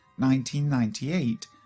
1998